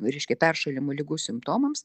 reiškia peršalimo ligų simptomams